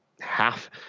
half